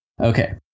Okay